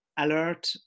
alert